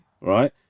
right